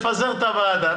לפזר את העבודה,